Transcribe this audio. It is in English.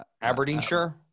Aberdeenshire